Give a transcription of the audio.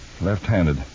Left-handed